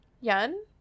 Yen